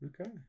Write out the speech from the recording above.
Okay